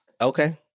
Okay